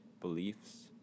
beliefs